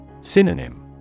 Synonym